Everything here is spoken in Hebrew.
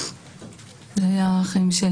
זה היה חיים של